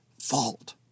fault